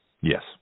Yes